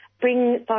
bring